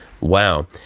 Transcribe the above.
wow